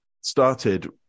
started